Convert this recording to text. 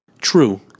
True